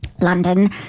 london